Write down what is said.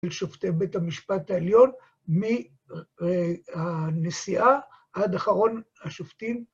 לשופטי בית המשפט העליון, מהנשיאה עד אחרון השופטים.